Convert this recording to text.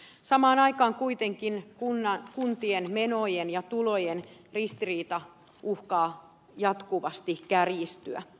samaan aikaan kuitenkin kuntien menojen ja tulojen ristiriita uhkaa jatkuvasti kärjistyä